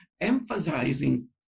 emphasizing